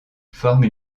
forment